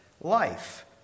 Life